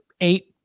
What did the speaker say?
eight